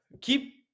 keep